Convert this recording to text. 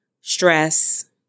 stress